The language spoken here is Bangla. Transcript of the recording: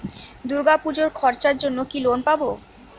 দূর্গাপুজোর খরচার জন্য কি লোন পাব?